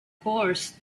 course